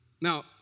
Now